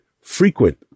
frequent